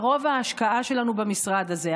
וזו רוב ההשקעה שלנו במשרד הזה,